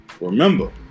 remember